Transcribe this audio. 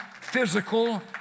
physical